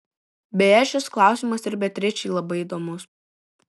beje šis klausimas ir beatričei labai įdomus